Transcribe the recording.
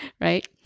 right